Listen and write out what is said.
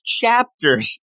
chapters